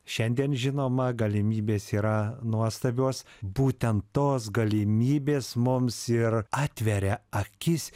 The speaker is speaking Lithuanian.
šiandien žinoma galimybės yra nuostabios būtent tos galimybės mums ir atveria akis